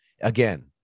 again